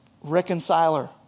reconciler